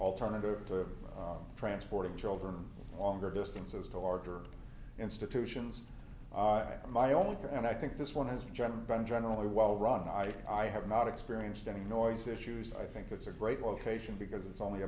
alternative to transporting children longer distances to larger institutions my only care and i think this one has just been generally well run i i have not experienced any noise issues i think it's a great location because it's only